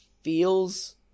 feels